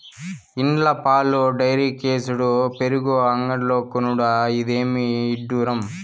ఇండ్ల పాలు డైరీకేసుడు పెరుగు అంగడ్లో కొనుడు, ఇదేమి ఇడ్డూరం